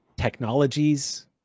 technologies